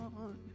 on